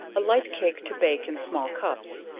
a light cake to bake in small cups.